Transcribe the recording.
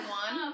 one